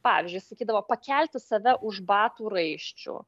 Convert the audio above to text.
pavyzdžiui sakydavo pakelti save už batų raiščių